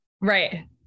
Right